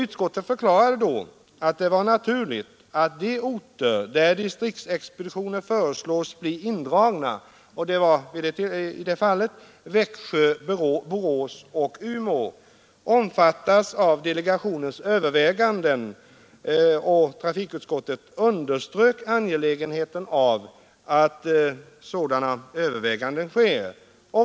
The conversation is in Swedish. Utskottet förklarade då att det var naturligt att de orter, där distriktsexpeditioner föreslås bli indragna — det var i det här fallet Växjö, Borås och Umeå — omfattas av delegationens överväganden. Trafikutskottet underströk angelägenheten av att sådana överväganden sker.